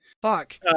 fuck